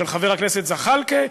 של חבר הכנסת זחאלקה,